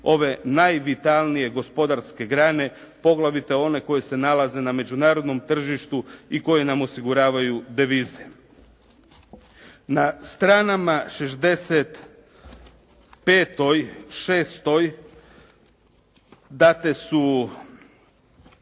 ove najvitalnije gospodarske grane, poglavito one koje se nalaze na međunarodnom tržištu i koje nam osiguravaju devize. Na stranama 65., 66. date su